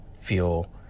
feel